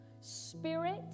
spirit